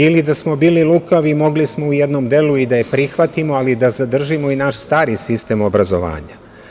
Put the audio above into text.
Ili, da smo bili lukavi, mogli smo u jednom delu i da je prihvatimo, ali da zadržimo i naš stari sistem obrazovanja.